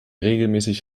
regelmäßig